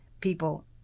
people